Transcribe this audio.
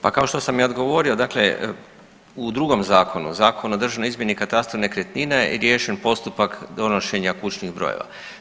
Pa kao što sam i odgovorio, dakle u drugom zakonu, Zakonu o državnoj izmjeri i katastru nekretnina je riješen postupak donošenja kućnih brojeva.